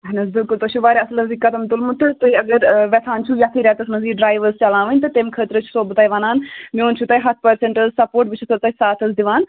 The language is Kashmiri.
اَہن حظ بِلکُل تۄہہِ چھُو واریاہ اَصٕل حظ یہِ قَدَم تُلمُت تہٕ تُہۍ اَگر وٮ۪ژھان چھُو یَتھٕے رٮ۪تَس منٛز یہِ ڈرٛایِو حظ چَلاوٕنۍ تہٕ تَمۍ چھِسو بہٕ تۄہہِ وَنان میون چھُو تۄہہِ ہَتھ پٔرسَنٛٹ حظ سَپوٹ بہٕ چھِسو ساتھ حظ دِوان